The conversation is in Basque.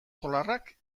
polarrak